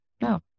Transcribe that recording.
no